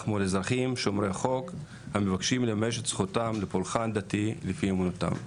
מול אזרחים שומרי חוק המבקשים לממש את זכותם לפולחן דתי לפי אמונתם.